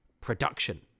production